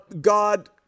God